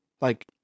Like